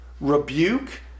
rebuke